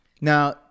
Now